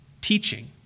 teaching